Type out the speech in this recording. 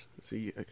See